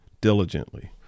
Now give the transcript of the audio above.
diligently